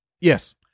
Yes